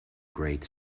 great